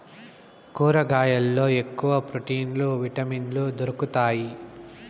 కూరగాయల్లో ఎక్కువ ప్రోటీన్లు విటమిన్లు దొరుకుతాయి